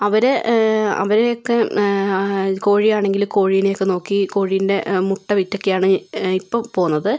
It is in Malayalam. അവരേ അവരെ ഒക്കെ കോഴി ആണെങ്കില് കോഴീനെ ഒക്കെ നോക്കി കോഴീൻ്റെ മുട്ട വിറ്റൊക്കെയാണ് ഇപ്പോൾ പോകുന്നത്